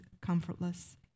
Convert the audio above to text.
comfortless